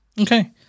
okay